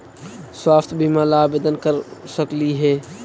स्वास्थ्य बीमा ला आवेदन कर सकली हे?